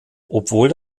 obwohl